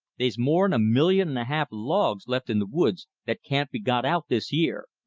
they's more'n a million and a half logs left in the woods that can't be got out this year,